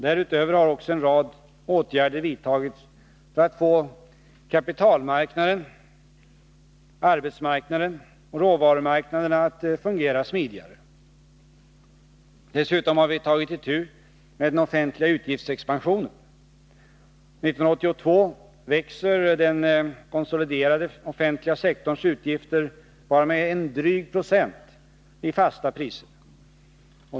Därutöver har också en rad åtgärder vidtagits för att få kapitalmarknaden, arbetsmarknaden och råvarumarknaden att fungera smidigare. Dessutom har vi tagit itu med den offentliga utgiftsexpansionen. 1982 växer den konsoliderade offentliga sektorns utgifter bara med en dryg procent i fasta priser.